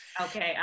Okay